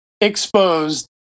exposed